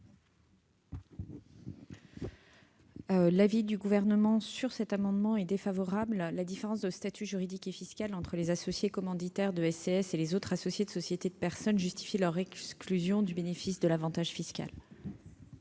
l'avis du Gouvernement. Quel est l'avis du Gouvernement ? La différence de statut juridique et fiscal entre les associés commanditaires de SCS et les autres associés de sociétés de personnes justifient leur exclusion du bénéfice de l'avantage fiscal.